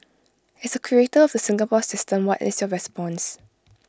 as A creator of the Singapore system what is your response